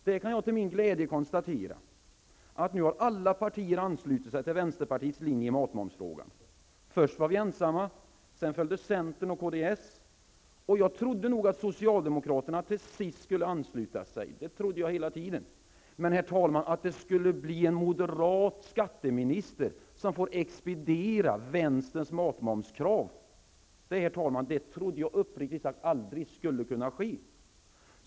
Där kan jag till min glädje konstatera att alla partier nu har anslutit sig till vänsterpartiets linje i matmomsfrågan. Först var vi ensamma, men sedan följde centern och kds. Jag trodde nog hela tiden att socialdemokraterna till sist skulle ansluta sig. Men, herr talman, att det skulle bli en moderat skatteminister som får expediera vänsterns matmomskrav trodde jag uppriktigt sagt aldrig skulle kunna ske.